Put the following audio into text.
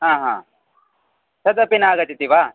हा हा तदपि न आगच्छति वा